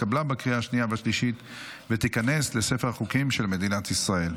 התקבלה בקריאה שנייה ושלישית ותיכנס לספר החוקים של מדינת ישראל.